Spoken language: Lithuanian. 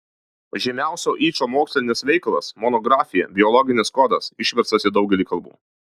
žymiausias yčo mokslinis veikalas monografija biologinis kodas išversta į daugelį kalbų